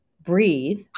breathe